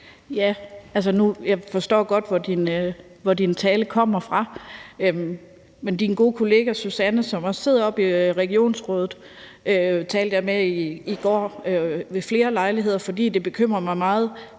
Jeg forstår godt, hvor din tale kommer fra, men din gode kollega Susanne, som også sidder deroppe i regionsrådet, har jeg i går ved flere lejligheder talt med, fordi det,